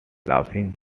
laughing